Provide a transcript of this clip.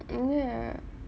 mm ya